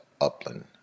Upland